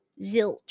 zilch